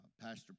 Pastor